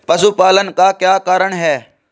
पशुपालन का क्या कारण है?